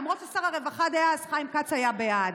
למרות ששר הרווחה דאז חיים כץ היה בעד.